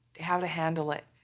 how to handle it.